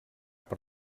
per